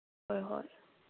ꯍꯣꯏ ꯍꯣꯏ